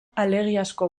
alegiazko